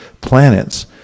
planets